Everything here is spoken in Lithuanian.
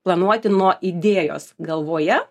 planuoti nuo idėjos galvoje